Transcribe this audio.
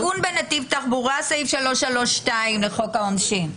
סיכון בנתיב תעבורה, סעיף 332 לחוק העונשין.